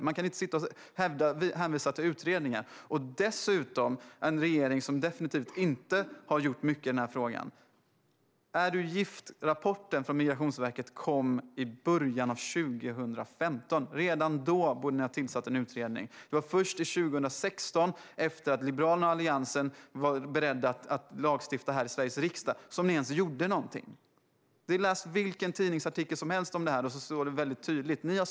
Man kan inte sitta och hänvisa till utredningar, dessutom med en regering som definitivt inte har gjort mycket i den här frågan. Rapporten Är du gift? från Migrationsverket kom i början av 2016. Redan då borde ni ha tillsatt en utredning. Det var först 2017, efter att Liberalerna och Alliansen var beredda att lagstifta här i riksdagen, som ni ens gjorde någonting. Läs vilken tidningsartikel som helst om det här, så står det väldigt tydligt och klart!